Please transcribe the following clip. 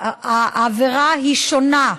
העבירה היא שונה.